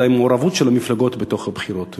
זה המעורבות של המפלגות בבחירות.